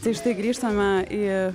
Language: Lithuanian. tai štai grįžtame į